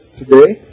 today